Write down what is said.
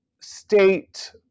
state